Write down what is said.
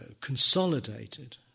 consolidated